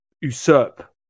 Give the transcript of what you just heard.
usurp